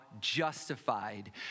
justified